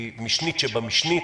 היא משנית שבמשנית,